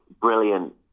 brilliant